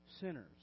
sinners